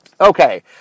Okay